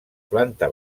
planta